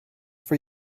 for